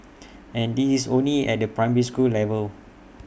and this is only at the primary school level